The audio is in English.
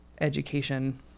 education